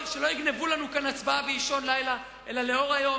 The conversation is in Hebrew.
שלא יגנבו לנו כאן הצבעה באישון לילה אלא לאור היום.